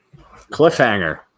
cliffhanger